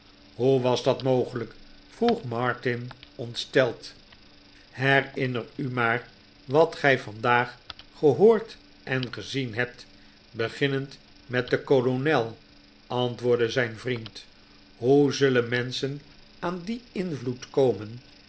hoe was dat mogelijk vroeg martin ontsteld herinner u maar wat gij vandaag gehoord en gezien hebt beginnend met den kolonel antwoordde zijn vriend hoe zulke menschen aan dien invloed komen